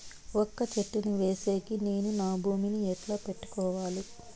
వక్క చెట్టును వేసేకి నేను నా భూమి ని ఎట్లా పెట్టుకోవాలి?